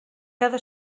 cada